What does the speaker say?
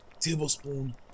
tablespoon